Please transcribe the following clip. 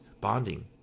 bonding